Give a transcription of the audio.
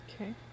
Okay